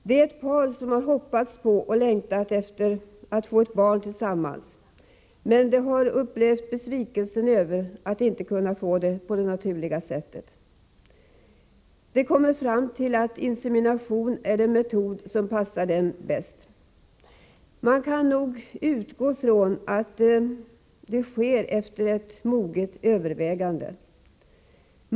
Det är ett par som hoppats på och längtat efter att få ett barn tillsammans men som upplevt besvikelsen över att inte kunna få det på det naturliga sättet. De kommer fram till att insemination är den metod som passar dem bäst. Man kan nog utgå från att detta sker efter ett moget övervägande.